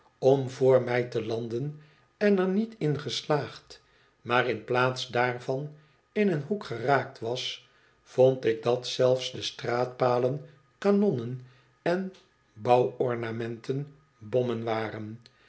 om vr mij te landen en er niet in geslaagd maar in plaats daarvan in een hoek geraakt was vond ik dat zelfs de straatpalen kanonnen en de bouwornamenten bommen waren